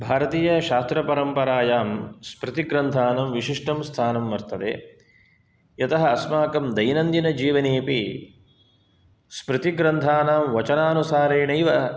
भारतीयशास्त्रपरम्पारायां स्मृतिग्रन्थानां विशिष्टं स्थानं वर्तते यतः अस्माकं दैनन्दिनजीवनेपि स्मृतिग्रन्थानां वचनानुसारेणैव